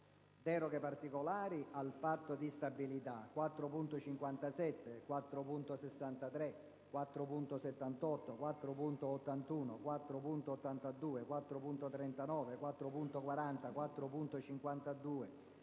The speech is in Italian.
deroghe particolari al Patto di stabilità: 4.57, 4.63, 4.78, 4.81, 4.82; 4.39, 4.40, 4.52,